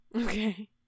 Okay